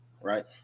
right